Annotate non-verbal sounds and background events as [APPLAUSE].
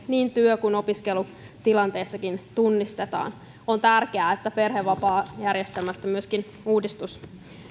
[UNINTELLIGIBLE] niin työ kuin opiskelutilanteessakin tunnistetaan on tärkeää että perhevapaajärjestelmässä myöskin uudistus